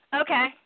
Okay